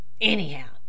Anyhow